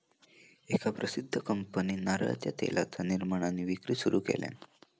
एका प्रसिध्द कंपनीन नारळाच्या तेलाचा निर्माण आणि विक्री सुरू केल्यान